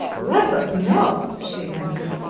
bless us no, she answered.